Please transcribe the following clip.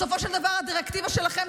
בסופו של דבר הדירקטיבה שלכם,